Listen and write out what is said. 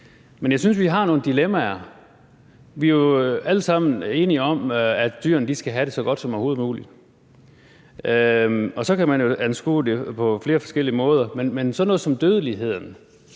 Men jeg synes, at vi har nogle dilemmaer. Vi er jo alle sammen enige om, at dyrene skal have det så godt som overhovedet muligt, og så kan man jo anskue det på flere forskellige måder, men sådan noget som dødeligheden